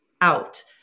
out